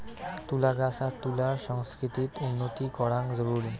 তুলা গছ আর তুলা সংস্কৃতিত উন্নতি করাং জরুরি